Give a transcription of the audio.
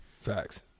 facts